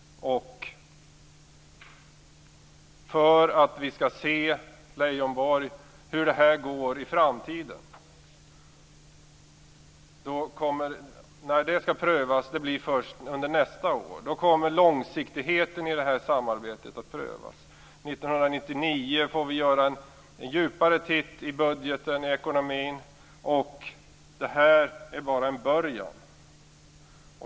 När det skall prövas, Leijonborg, hur det här går i framtiden blir först nästa år. Då kommer långsiktigheten i samarbetet att prövas. 1999 får vi göra en djupare titt i budgeten, i ekonomin. Det här är bara en början.